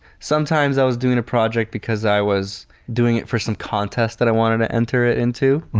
sometimes i was doing a project because i was doing it for some contest that i wanted to enter into.